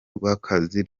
rw’akazi